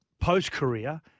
post-career